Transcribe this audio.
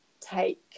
take